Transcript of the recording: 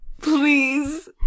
Please